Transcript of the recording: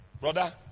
Brother